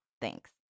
thanks